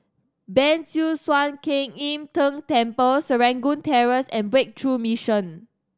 Ban Siew San Kuan Im Tng Temple Serangoon Terrace and Breakthrough Mission